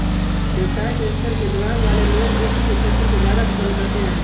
व्यवसाय के स्तर के दिमाग वाले लोग वित्त के क्षेत्र को ज्यादा पसन्द करते हैं